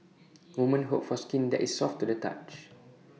women hope for skin that is soft to the touch